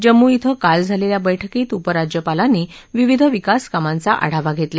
जम्मू क्वि काल झालेल्या बैठकीत उपराज्यपालांनी विविध विकास कामांचा आढावा घेतला